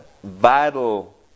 Vital